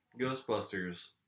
Ghostbusters